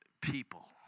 people